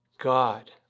God